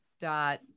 dot